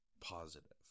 positive